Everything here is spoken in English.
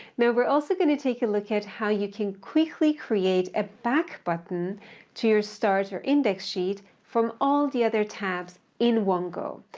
now we're also going to take a look at how you can quickly create a back button to your starter index sheet from all the other tabs in one go.